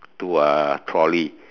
to a trolley